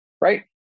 right